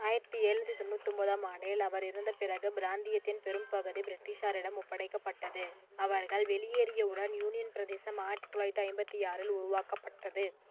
ஆயிரத்தி எழுநூற்றி தொண்ணூற்றி ஒன்பதாம் ஆண்டில் அவர் இறந்த பிறகு பிராந்தியத்தின் பெரும்பகுதி பிரிட்டிஷாரிடம் ஒப்படைக்கப்பட்டது அவர்கள் வெளியேறியவுடன் யூனியன் பிரதேசம் ஆயிரத்தி தொள்ளாயிரத்தி ஐம்பத்தி ஆறில் உருவாக்கப்பட்டது